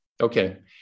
Okay